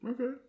Okay